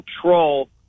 control